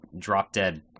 drop-dead